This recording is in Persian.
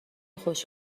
خوش